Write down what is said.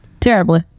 Terribly